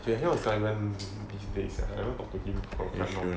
okay hang out with simon these days I never talk to him for quite long